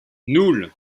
nul